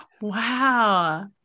Wow